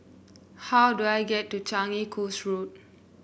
how do I get to Changi Coast Road